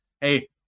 hey